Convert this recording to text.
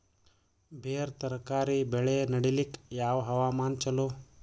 ಬೇರ ತರಕಾರಿ ಬೆಳೆ ನಡಿಲಿಕ ಯಾವ ಹವಾಮಾನ ಚಲೋ?